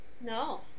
No